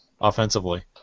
offensively